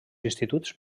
instituts